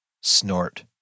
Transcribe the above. Snort